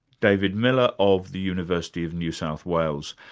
david miller of the university of new south wales.